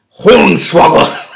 Hornswoggle